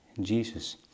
Jesus